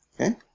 Okay